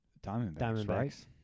Diamondbacks